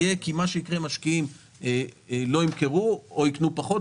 משקיעים לא ימכרו או יקנו פחות,